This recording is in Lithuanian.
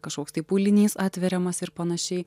kažkoks tai pūlinys atveriamas ir panašiai